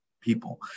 people